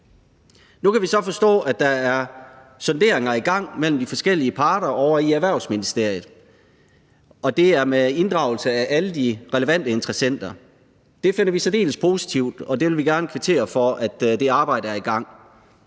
Nu kan vi så forstå, at der er sonderinger i gang mellem de forskellige parter ovre i Erhvervsministeriet, og det er med inddragelse af alle de relevante interessenter. Det finder vi særdeles positivt, og vi vil gerne kvittere for, at det arbejde er i gang.